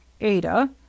Ada